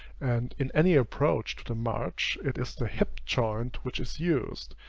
and in any approach to the march, it is the hip-joint which is used,